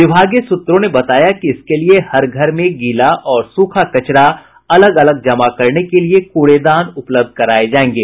विभागीय सूत्रों ने बताया कि इसके लिए हर घर में गीला और सूखा कचरा अलग अलग जमा करने के लिए कूड़ेदान उपलब्ध कराये जायेंगे